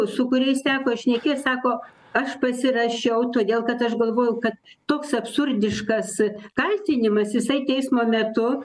su kuriais teko šnekėt sako aš pasirašiau todėl kad aš galvoju kad toks absurdiškas kaltinimas jisai teismo metu